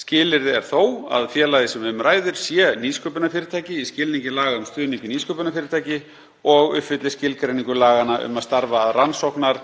Skilyrði er þó að félagið sem um ræðir sé nýsköpunarfyrirtæki í skilningi laga um stuðning við nýsköpunarfyrirtæki og uppfylli skilgreiningu laganna um að starfa að rannsóknar-